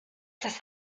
das